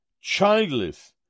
childless